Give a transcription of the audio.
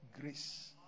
grace